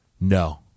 No